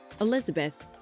Elizabeth